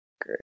Great